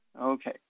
Okay